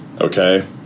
Okay